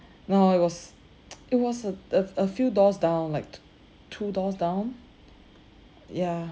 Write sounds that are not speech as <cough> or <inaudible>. no it was <noise> it was a a a few doors down like t~ two doors down ya